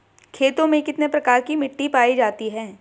खेतों में कितने प्रकार की मिटी पायी जाती हैं?